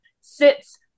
sits